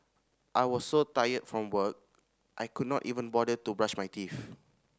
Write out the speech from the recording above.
I was so tired from work I could not even bother to brush my teeth